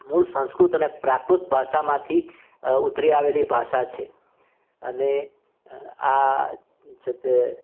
મૂળ સંસ્કૃત અને પ્રાકૃત ભાષામાંથી ઉતરી આવેલી ભાષા છે અને આ છે તે